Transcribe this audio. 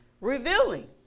revealing